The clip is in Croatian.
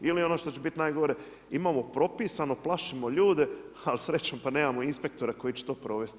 Ili ono što će biti najgore imamo propisano, plašimo ljude, ali srećom pa nemamo inspektora koji će to provesti.